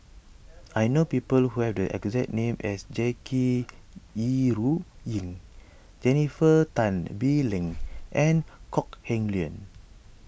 I know people who have the exact name as Jackie Yi Ru Ying Jennifer Tan Bee Leng and Kok Heng Leun